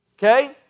Okay